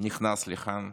נכנס לכאן,